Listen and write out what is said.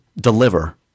deliver